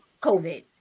COVID